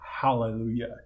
Hallelujah